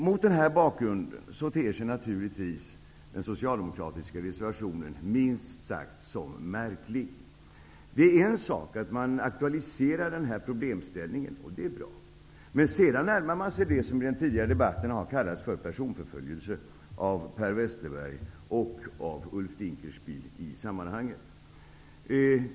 Mot denna bakgrund ter sig naturligtvis den socialdemokratiska reservationen minst sagt märklig. Det är en sak att den här problemställningen aktualiseras. Det är bra att så sker. Men sedan närmar man sig vad som i den tidigare debatten kallats för personförföljelse. Det gäller då Per Westerberg och Ulf Dinkelspiel.